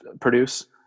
produce